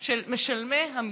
כספי הציבור שלנו,